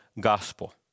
gospel